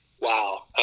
wow